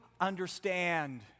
understand